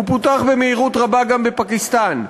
הוא פותח במהירות רבה גם בפקיסטן.